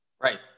Right